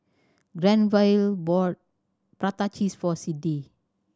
Granville bought prata cheese for Siddie